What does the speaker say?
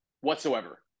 whatsoever